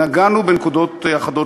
נגענו בנקודות אחדות.